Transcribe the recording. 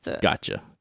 Gotcha